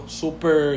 super